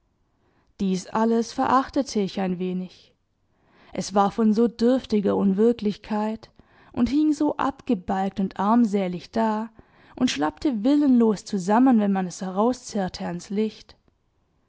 dies alles verachtete ich ein wenig es war von so dürftiger unwirklichkeit und hing so abgebalgt und armsälig da und schlappte willenlos zusammen wenn man es herauszerrte ans licht